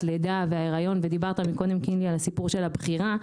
הלידה וההריון ודיברת קודם קינלי על הסיפור של הבחירה,